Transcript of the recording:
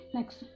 Next